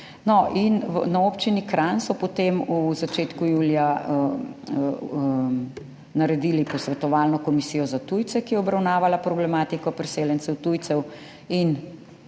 občini Kranj so potem v začetku julija naredili posvetovalno komisijo za tujce, ki je obravnavala problematiko priseljencev tujcev,